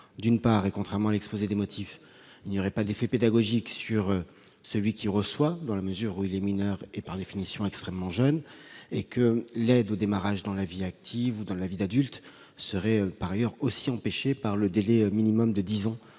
à ce qui est écrit dans l'exposé des motifs, il n'y aurait pas d'effet pédagogique pour celui qui reçoit, dans la mesure où il est mineur, donc, par définition, extrêmement jeune. En outre, l'aide au démarrage dans la vie active ou dans la vie d'adulte serait empêchée par le délai minimum de dix ans